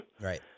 Right